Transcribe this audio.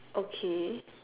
okay